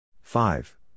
Five